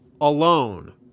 Alone